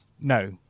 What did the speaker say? No